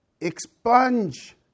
expunge